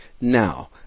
now